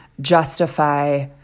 justify